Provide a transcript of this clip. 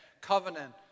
Covenant